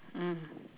mm